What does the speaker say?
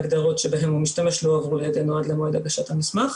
ההגדרות שבהם הוא משתמש לא עברו לידינו עד הגשת המסמך.